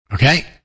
Okay